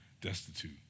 destitute